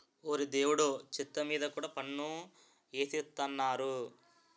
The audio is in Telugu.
ఓరి దేవుడో చెత్త మీద కూడా పన్ను ఎసేత్తన్నారు